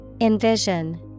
Envision